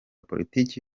politiki